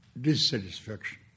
dissatisfaction